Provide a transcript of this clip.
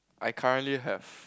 I currently have